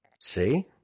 See